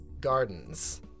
gardens